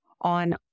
on